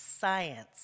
science